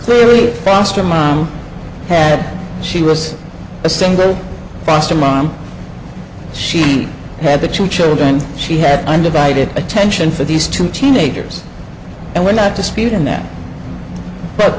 clearly foster mom had she was a single foster mom she had the two children she had undivided attention for these two teenagers and we're not disputing that